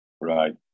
Right